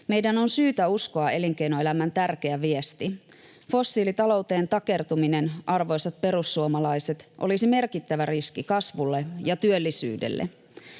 Meidän on syytä uskoa elinkeinoelämän tärkeä viesti. Fossiilitalouteen takertuminen, arvoisat perussuomalaiset, olisi merkittävä riski kasvulle ja työllisyydelle.